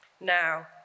now